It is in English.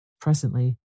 Presently